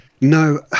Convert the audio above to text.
No